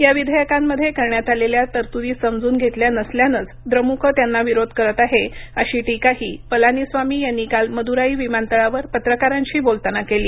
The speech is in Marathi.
या विधेयकांमध्ये करण्यात आलेल्या तरतुदी समजून घेतल्या नसल्यानंच द्रमुक त्यांना विरोध करत आहे अशी टीकाही पलानीस्वामी यांनी काल मद्राई विमानतळावर पत्रकारांशी बोलताना केली